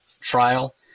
trial